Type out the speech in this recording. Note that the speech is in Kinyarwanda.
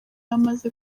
yamaze